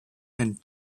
and